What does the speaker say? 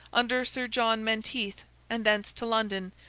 under sir john menteith, and thence to london,